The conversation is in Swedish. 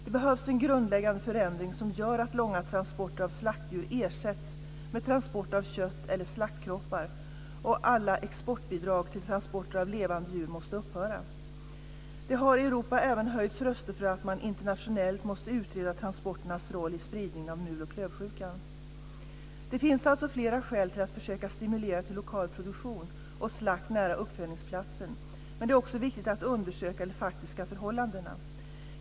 Det behövs en grundläggande förändring som gör att långa transporter av slaktdjur ersätts med transport av kött eller slaktkroppar, och alla exportbidrag till transporter av levande djur måste upphöra. Det har i Europa även höjts röster för att man internationellt måste utreda transporternas roll i spridningen av muloch klövsjukan. Det finns alltså flera skäl till att försöka stimulera till lokal produktion och slakt nära uppfödningsplatsen, men det är också viktigt att undersöka de faktiska förhållandena.